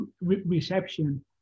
reception